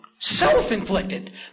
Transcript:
self-inflicted